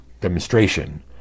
Demonstration